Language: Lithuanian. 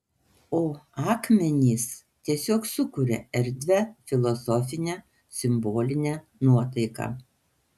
o akmenys tiesiog sukuria erdvią filosofinę simbolinę nuotaiką